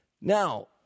Now